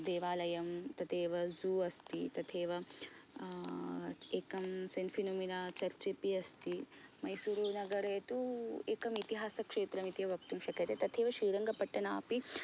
देवालयं तथैव जू अस्ति तथैव एकं सैन्त् फेलोमिना चर्च् अपि अस्ति मैसूरुनगरे तु एकं इतिहासक्षेत्रं इति वक्तुं शक्यते तथैव श्रीरङ्गपट्टणमपि